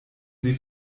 sie